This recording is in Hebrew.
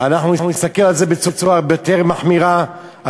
נסתכל על זה בצורה יותר מחמירה,